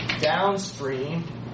downstream